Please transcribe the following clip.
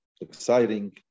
exciting